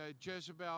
Jezebel